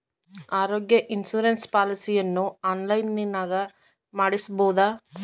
ಆರೋಗ್ಯ ಇನ್ಸುರೆನ್ಸ್ ಪಾಲಿಸಿಯನ್ನು ಆನ್ಲೈನಿನಾಗ ಮಾಡಿಸ್ಬೋದ?